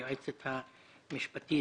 ליועצת המשפטית,